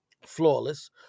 flawless